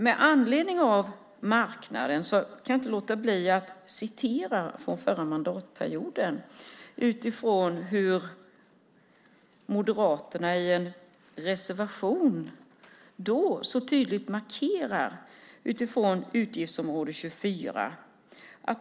Med anledning av marknaden kan jag inte låta bli att referera till hur Moderaterna i en reservation under förra mandatperioden tydligt markerade i fråga om utgiftsområde 24.